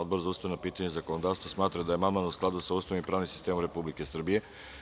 Odbor za ustavna pitanja i zakonodavstvo smatra da je amandman u skladu sa Ustavom i pravnim sistemom Republike Srbije.